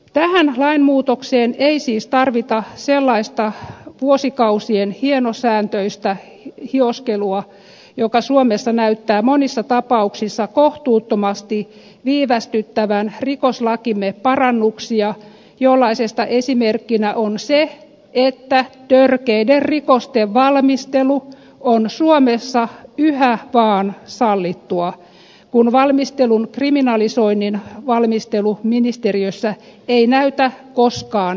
tähän lainmuutokseen ei siis tarvita sellaista vuosikausien hienosäätöistä hioskelua joka suomessa näyttää monissa tapauksissa kohtuuttomasti viivästyttävän rikoslakimme parannuksia mistä esimerkkinä on se että törkeiden rikosten valmistelu on suomessa yhä vaan sallittua kun valmistelun kriminalisoinnin valmistelu ministeriössä ei näytä koskaan valmistuvan